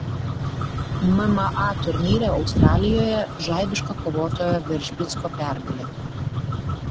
mma turnyre australijoje žaibiška kovotojo veržbicko pergalė